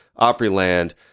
Opryland